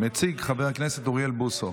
מציג חבר הכנסת אוריאל בוסו,